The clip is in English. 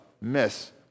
miss